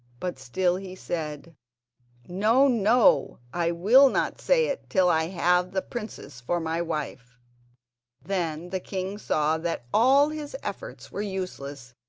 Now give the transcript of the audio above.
but still he said no, no i will not say it till i have the princess for my wife then the king saw that all his efforts were useless,